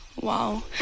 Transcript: wow